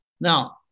Now